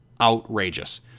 Outrageous